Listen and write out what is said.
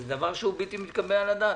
זה דבר שהוא בלתי מתקבל על הדעת.